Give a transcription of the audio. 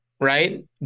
Right